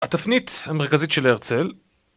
התפנית המרכזית של הרצל